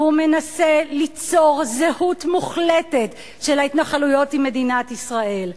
והוא מנסה ליצור זהות מוחלטת של ההתנחלויות עם מדינת ישראל.